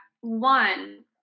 one